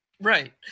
Right